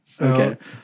Okay